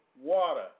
water